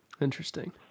Interesting